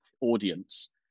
audience